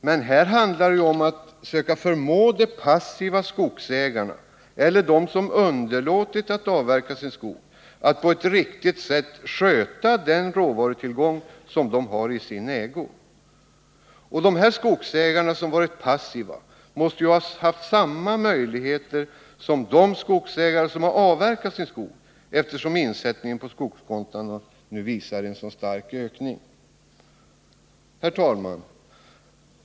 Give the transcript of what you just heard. Men vad det här handlar om är ju att söka förmå de passiva skogsägarna, dvs. de som underlåtit att avverka sin skog, att på ett riktigt sätt ta till vara den råvarutillgång som de har i sin ägo. De skogsägare som har varit passiva måste ju ha haft samma möjligheter som de skogsägare som har avverkat sin skog. Att så skett framgår av att antalet insättningar på skogskonton nu visar på en så stark ökning. Herr talman!